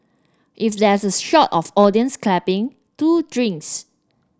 if there's a shot of audience clapping two drinks